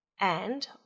and